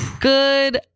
Good